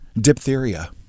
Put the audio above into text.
Diphtheria